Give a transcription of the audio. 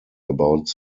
about